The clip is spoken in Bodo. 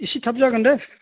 इसे थाब जागोन दे